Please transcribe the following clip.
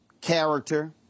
character